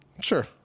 Sure